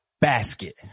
basket